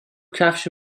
کفش